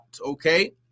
okay